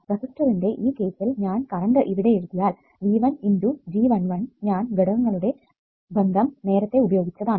റെസിസ്റ്ററിന്റെ ഈ കേസ്സിൽ ഞാൻ കറണ്ട് ഇവിടെ എഴുതിയാൽ V1 ×G 11 ഞാൻ ഘടകങ്ങളുടെ ബന്ധം നേരത്തെ ഉപയോഗിച്ചതാണ്